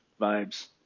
vibes